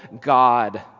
God